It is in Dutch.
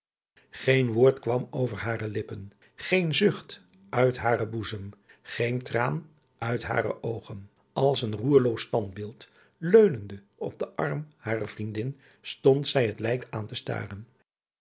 geen woord kwam over hare lippen geen zucht uit haren boezem geen traan uit hare oogen als een roerloos standbeeld leunende op den arm harer vriendin stond zij het lijk aan te staren